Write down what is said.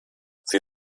sie